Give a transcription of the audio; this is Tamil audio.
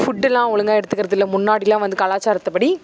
ஃபுட்டுலாம் ஒழுங்காக எடுத்துக்கிறதில்ல முன்னாடிலாம் வந்து கலாச்சாரத்துபடி